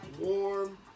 warm